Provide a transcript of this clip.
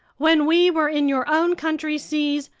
when we were in your own country's seas,